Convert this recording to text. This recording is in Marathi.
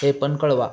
ते पण कळवा